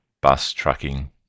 bus-trucking